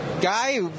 guy